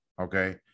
okay